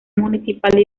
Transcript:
municipal